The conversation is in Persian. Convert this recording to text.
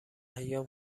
ایام